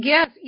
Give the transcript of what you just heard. Yes